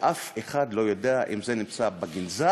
ואף אחד לא יודע אם זה נמצא בגנזך